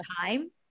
time